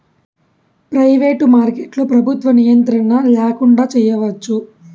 private మార్కెట్లో ప్రభుత్వ నియంత్రణ ల్యాకుండా చేయచ్చు